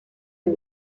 ubu